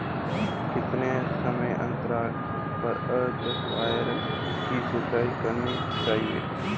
कितने समयांतराल पर अजवायन की सिंचाई करनी चाहिए?